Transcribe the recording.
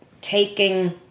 taking